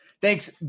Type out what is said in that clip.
Thanks